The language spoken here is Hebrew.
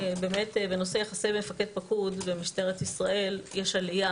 בנושא יחסי מפקד-פקוד במשטרת ישראל יש עלייה